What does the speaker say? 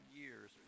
years